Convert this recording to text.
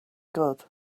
good